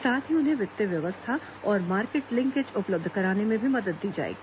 साथ ही उन्हें वित्तीय व्यवस्था और मार्केट लिंकेज उपलब्ध कराने में भी मदद दी जाएगी